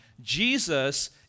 Jesus